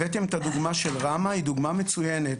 הבאתם את הדוגמה של רם, היא דוגמה מצויינת.